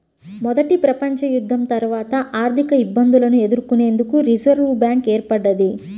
మొదటి ప్రపంచయుద్ధం తర్వాత ఆర్థికఇబ్బందులను ఎదుర్కొనేందుకు రిజర్వ్ బ్యాంక్ ఏర్పడ్డది